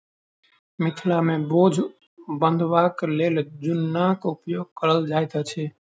मिथिला मे बोझ बन्हबाक लेल जुन्नाक उपयोग कयल जाइत अछि